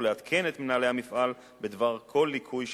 ולעדכן את מנהלי המפעל בדבר כל ליקוי שמצא,